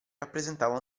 rappresentava